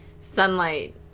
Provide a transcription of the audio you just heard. sunlight